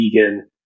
vegan